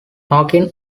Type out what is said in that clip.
knocking